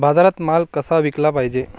बाजारात माल कसा विकाले पायजे?